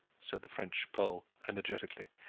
said the franco-pole, energetically,